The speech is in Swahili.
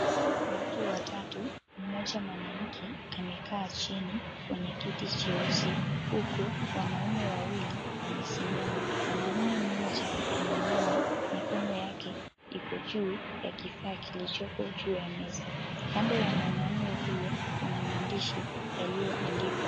Watu watatu mmoja wanamke amekaa chini kwenye kiti cheusi huku wanaume wawili wamesimama, mwanaume mmoja ameinama mikono yake iko juu ya kifaa kilichoko juu ya meza, kando ya mwanaume huyo kuna maandishi yaliyoandikwa.